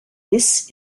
this